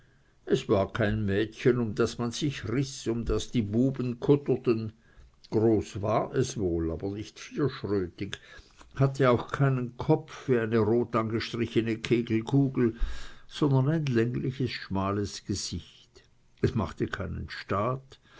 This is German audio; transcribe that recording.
es war kein mädchen um das man sich riß um das die buben kutterten groß war es wohl aber nicht vierschrötig hatte auch keinen kopf wie eine rotangestrichene kegelkugel sondern ein länglichtes schmales gesicht es machte keinen staat